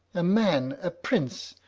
a man, a prince,